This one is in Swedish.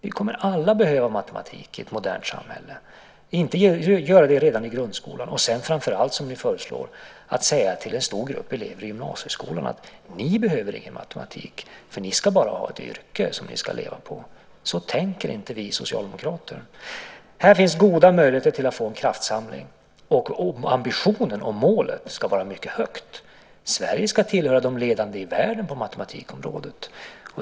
Vi kommer alla att behöva matematik i ett modernt samhälle. Vi ska inte sänka kunskapskraven redan i grundskolan och sedan - som ni föreslår - säga till en stor grupp i gymnasieskolan: Ni behöver ingen matematik för ni ska bara ha ett yrke som ni ska leva på. Så tänker inte vi socialdemokrater. Här finns goda möjligheter till att få en kraftsamling. Ambitionen och målet ska vara mycket höga. Sverige ska tillhöra de ledande i världen på matematikområdet.